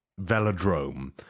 velodrome